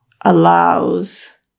allows